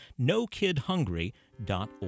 nokidhungry.org